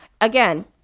again